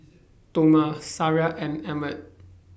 Toma Sariah and Emmet